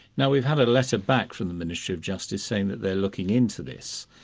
now we've had a letter back from the ministry of justice saying that they're looking into this,